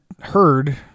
heard